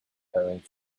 preparing